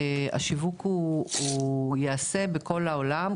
השיווק הוא ייעשה בכל העולם,